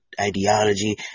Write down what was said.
ideology